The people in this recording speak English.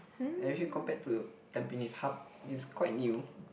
actually compared to tampines Hub is quite new